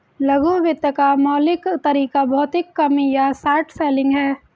लघु वित्त का मौलिक तरीका भौतिक कम या शॉर्ट सेलिंग है